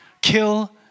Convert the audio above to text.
kill